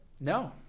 No